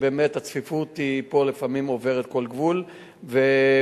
ובאמת הצפיפות פה לפעמים עוברת כל גבול והמטראז',